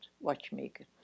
watchmaker